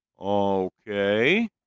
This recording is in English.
Okay